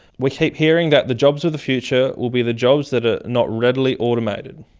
we keep hearing that the jobs of the future will be the jobs that are not readily automated.